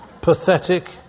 pathetic